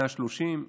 130,